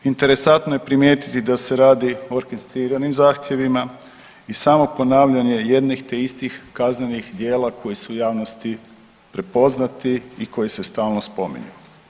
Interesantno je primijetiti da se radi o orkestriranim zahtjevima i samo ponavljanje jednih te istih kaznenih djela koji su u javnosti prepoznati i koji se stalno spominju.